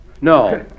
No